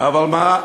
50%. אבל מה?